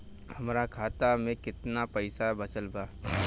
हमरा खाता मे केतना पईसा बचल बा?